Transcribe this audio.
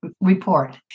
report